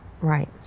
Right